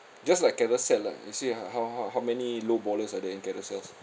just like carousell lah you see ah how how how how many low ballers are there in carousell